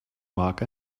mark